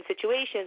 situations